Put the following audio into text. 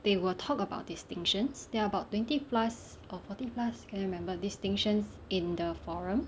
they will talk about distinctions there are about twenty plus or forty plus cannot remember distinctions in the forum